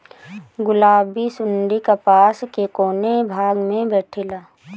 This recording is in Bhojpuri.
गुलाबी सुंडी कपास के कौने भाग में बैठे ला?